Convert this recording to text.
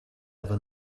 ever